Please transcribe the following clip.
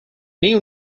new